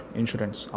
insurance